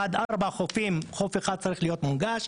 עד ארבעה חופים אחד צריך להיות מונגש.